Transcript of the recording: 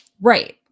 Right